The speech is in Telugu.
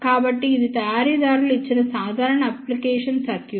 కాబట్టి ఇది తయారీదారులు ఇచ్చిన సాధారణ అప్లికేషన్ సర్క్యూట్